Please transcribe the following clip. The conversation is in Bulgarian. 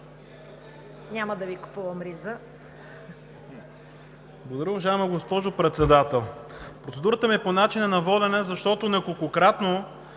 (БСП за България): Благодаря, уважаема госпожо Председател. Процедурата ми е по начина на водене, защото неколкократно